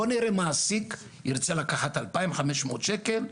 בוא נראה איזה מעסיק ירצה לקחת אלפיים חמש מאות שקל,